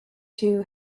two